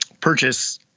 purchase